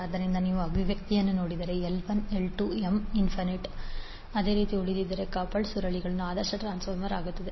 ಆದ್ದರಿಂದ ನೀವು ಅಭಿವ್ಯಕ್ತಿಯನ್ನು ನೋಡಿದರೆ L1L2M→∞ ಅದೇ ರೀತಿ ಉಳಿದಿದ್ದರೆ ಕಪಲ್ಡ್ ಸುರುಳಿಗಳು ಆದರ್ಶ ಟ್ರಾನ್ಸ್ಫಾರ್ಮರ್ ಆಗುತ್ತವೆ